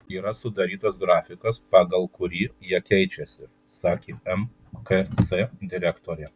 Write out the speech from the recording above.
yra sudarytas grafikas pagal kurį jie keičiasi sakė mkc direktorė